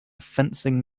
fencing